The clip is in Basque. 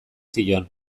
zion